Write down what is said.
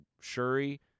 Shuri